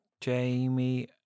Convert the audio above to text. Jamie